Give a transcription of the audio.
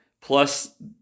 plus